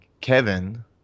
Kevin